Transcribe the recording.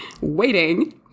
waiting